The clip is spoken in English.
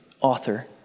author